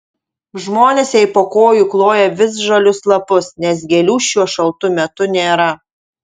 žmonės jai po kojų kloja visžalius lapus nes gėlių šiuo šaltu metu nėra